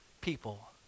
people